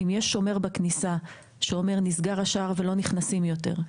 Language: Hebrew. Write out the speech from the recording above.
אז כשיש שומר בכניסה שאומר שהשער נסגר ולא נכנסים יותר,